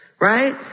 right